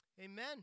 Amen